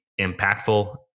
impactful